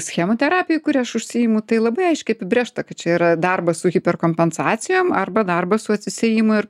schemų terapijoj kuria aš užsiimu tai labai aiškiai apibrėžta kad čia yra darbas su hiperkompensacijom arba darbas su atsisiejimu ir